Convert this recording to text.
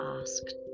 asked